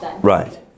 Right